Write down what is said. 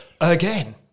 again